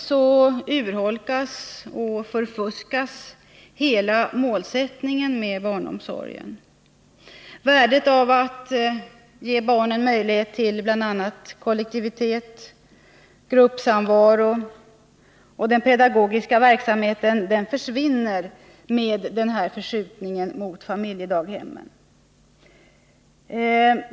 a. urholkas och förfuskas hela målsättningen med barnomsorgen. Värdet av att ge barnen möjlighet att uppleva kollektivitet och att ingå i en gruppsamvaro försvinner med denna förskjutning mot familjedaghemmen. Detta gäller också för den pedagogiska verksamheten i daghemmen.